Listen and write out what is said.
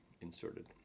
inserted